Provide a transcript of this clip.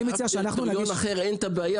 באף דירקטוריון אחר אין את הבעיה.